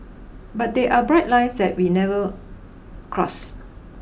but there are bright lines that we never cross